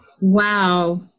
Wow